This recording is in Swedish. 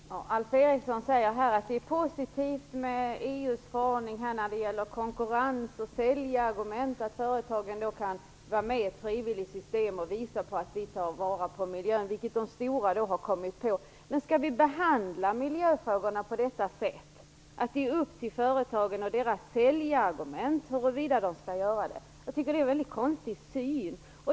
Herr talman! Alf Eriksson säger att det är positivt med EU:s förordning när det gäller konkurrens och säljarargument. Företagen kan då vara med i ett frivilligt system och visa på att de tar vara på miljön. Det har de stora företagen kommit på. Men skall vi behandla miljöfrågorna på det sättet? Skall det vara upp till företagen och deras säljarargument huruvida de skall göra det? Jag tycker att det är en väldigt konstig syn.